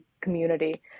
community